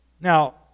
Now